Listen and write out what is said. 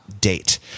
date